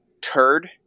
turd